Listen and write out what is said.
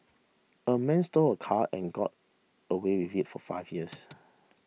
a man stole a car and got away with it for five years